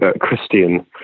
Christian